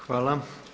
Hvala.